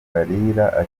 kalira